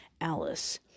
Alice